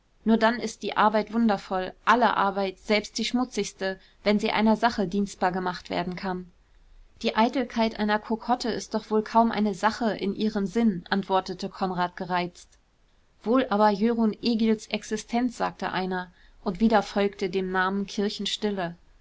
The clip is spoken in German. nur dann ist die arbeit wundervoll alle arbeit selbst die schmutzigste wenn sie einer sache dienstbar gemacht werden kann die eitelkeit einer kokotte ist doch wohl kaum eine sache in ihrem sinn antwortete konrad gereizt wohl aber jörun egils existenz sagte einer und wieder folgte dem namen